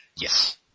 Yes